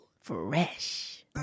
Fresh